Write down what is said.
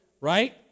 right